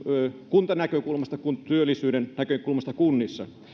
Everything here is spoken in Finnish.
kuntanäkökulmasta työllisyyden näkökulmasta kunnissa